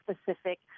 specific